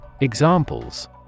Examples